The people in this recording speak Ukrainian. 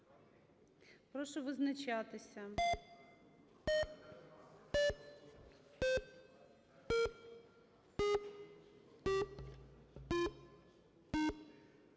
Прошу визначатися.